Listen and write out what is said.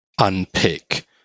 unpick